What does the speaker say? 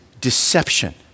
deception